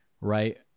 right